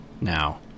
Now